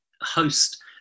host